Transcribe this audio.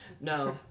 no